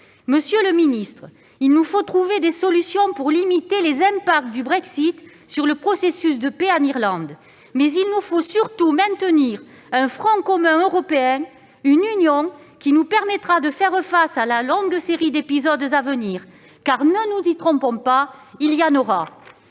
Monsieur le secrétaire d'État, s'il nous faut trouver des solutions pour limiter les impacts du Brexit sur le processus de paix en Irlande, il nous faut surtout maintenir un front commun européen, une union qui nous permettra de faire face à la longue série d'épisodes à venir. Ne nous y trompons pas : il y en aura